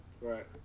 Right